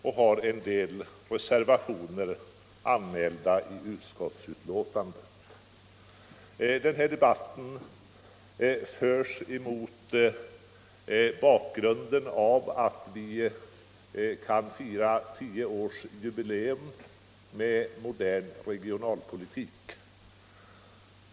Reservationer har därför anmälts och fogats till utskottsbetänkandet. Debatten förs mot bakgrund av att vi kan fira tioårsjubileum med modern regionalpolitik.